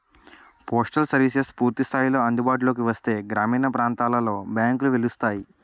postal services పూర్తి స్థాయిలో అందుబాటులోకి వస్తే గ్రామీణ ప్రాంతాలలో బ్యాంకులు వెలుస్తాయి